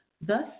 Thus